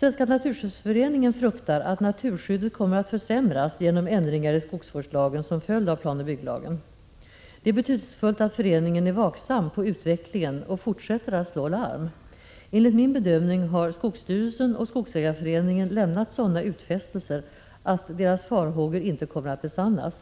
Svenska naturskyddsföreningen fruktar att naturskyddet kommer att försämras genom ändringar i skogsvårdslagen som följd av planoch bygglagen. Det är betydelsefullt att föreningen är vaksam på utvecklingen och fortsätter att slå larm. Enligt min bedömning har skogsstyrelsen och Skogsägareföreningen lämnat sådana utfästelser att deras farhågor inte kommer att besannas.